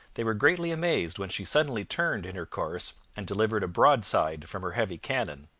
they were greatly amazed when she suddenly turned in her course and delivered a broadside from her heavy cannon.